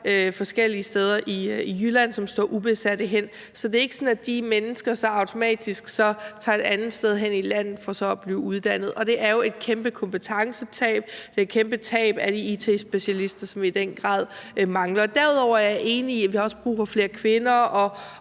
forskellige steder i Jylland, som står ubesatte hen. Så det er ikke sådan, at de mennesker så automatisk tager et andet sted hen i landet for at blive uddannet. Det er jo et kæmpe kompetencetab. Det er et kæmpe tab af it-specialister, som vi i den grad mangler. Derudover er jeg enig i, at vi også har brug for flere kvinder –